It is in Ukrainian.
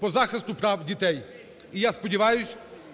по захисту прав дітей. І, я сподіваюсь,